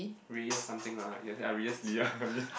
Reyes something lah yeah yeah Reyes-Liah maybe